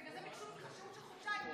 בגלל זה ביקשו שהות של חודשיים,